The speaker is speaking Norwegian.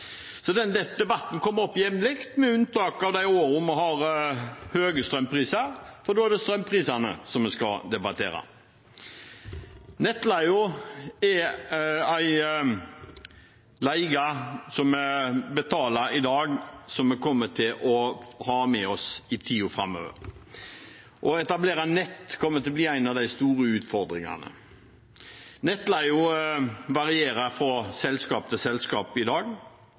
Så denne debatten kommer opp jevnlig, med unntak av de årene vi har høye strømpriser, for da er det strømprisene vi debatterer. Nettleie er en leie som vi betaler i dag, og som vi kommer til å ha med oss i tiden framover. Å etablere nett kommer til å bli en av de store utfordringene. Nettleien varierer fra selskap til selskap i dag.